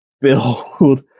build